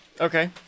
Okay